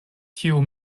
tiu